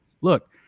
look